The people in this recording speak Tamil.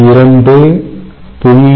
2 0